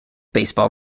baseball